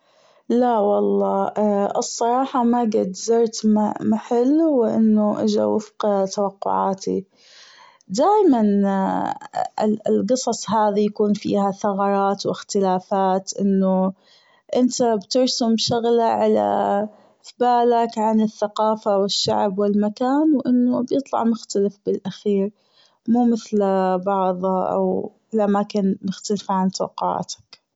لا والله الصراحة ما جد زرت م- محل وأجى وفق توقعاتي دايما الجصص هذي يكون فيها ثغرات وأختلاقات أنه أنت بترسم شغلة على ببالك عن الثقافة والشعب والمكان وأنه بيطلع مختلف بالأخير مو مثل بعضها الأماكن مختلفة عن توقعاتك.